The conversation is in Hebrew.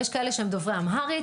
יש כאלה שהם דוברי אמהרית.